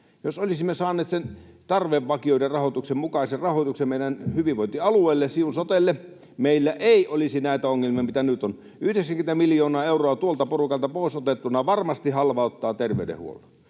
Jos olisimme saaneet sen tarvevakioidun rahoituksen mukaisen rahoituksen meidän hyvinvointialueelle, Siun sotelle, meillä ei olisi näitä ongelmia, mitä nyt on — 90 miljoonaa euroa tuolta porukalta pois otettuna varmasti halvauttaa terveydenhuollon.